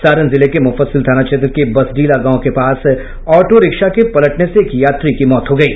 सारण जिले के मुफस्सिल थाना क्षेत्र के बसडीला गांव के पास ऑटो रिक्शा के पलटने से एक यात्री की मौत हो गयी